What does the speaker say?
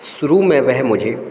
शुरू में वह मुझे